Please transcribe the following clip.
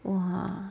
!wah!